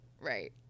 Right